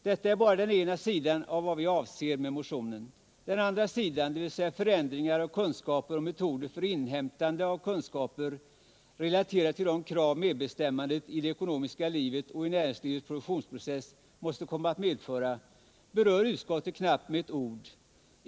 Detta är bara den ena sidan av vad vi avser med motionen. Den andra sidan, dvs. förändringar av kunskaper och metoder för inhämtande av kunskaper relaterade till de krav medbestämmandet i det ekonomiska livet och i näringslivets produktionsprocess måste komma att medföra, berör utskottet knappt med ett ord.